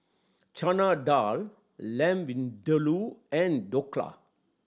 Chana Dal Lamb Vindaloo and Dhokla